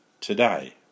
today